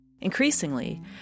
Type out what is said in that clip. Increasingly